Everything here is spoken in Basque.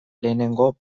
lehenengo